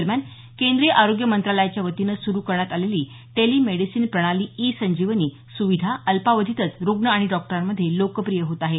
दरम्यान केंद्रीय आरोग्य मंत्रालयाच्या वतीनं सुरू करण्यात आलेली टेलिमेडिसीन प्रणाली ई संजीवनी सुविधा अल्पावधीतच रुग्ण आणि डॉक्टरांमध्ये लोकप्रिय होत आहे